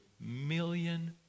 million